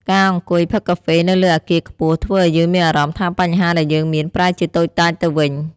ការអង្គុយផឹកកាហ្វេនៅលើអគារខ្ពស់ ធ្វើឱ្យយើងមានអារម្មណ៍ថាបញ្ហាដែលយើងមានប្រែជាតូចតាចទៅវិញ។